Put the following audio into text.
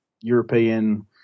European